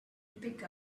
pick